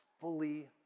fully